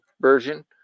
version